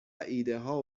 ایدهها